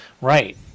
right